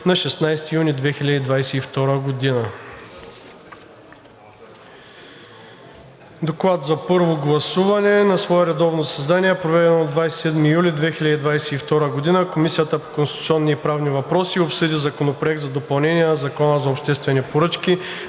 на 16 юни 2022 г.“ Доклад за първо гласуване: „На свое редовно заседание, проведено на 27 юли 2022 г., Комисията по конституционни и правни въпроси обсъди Законопроект за допълнение на Закона за обществените поръчки,